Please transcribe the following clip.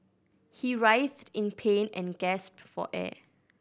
he writhed in pain and gasped for air